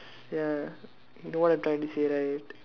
ya don't want to join this year right